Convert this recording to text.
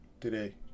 today